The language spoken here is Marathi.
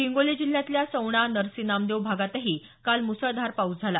हिंगोली जिल्ह्यातल्या सवणा नरसी नामदेव भागातही काल मुसळधार पाऊस झाला